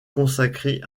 consacrée